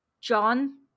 John